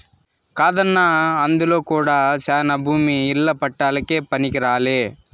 కాదన్నా అందులో కూడా శానా భూమి ఇల్ల పట్టాలకే పనికిరాలే